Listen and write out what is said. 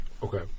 Okay